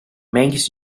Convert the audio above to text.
makes